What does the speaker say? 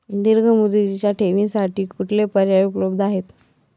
दीर्घ मुदतीच्या ठेवींसाठी कुठले पर्याय उपलब्ध आहेत?